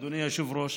אדוני היושב-ראש,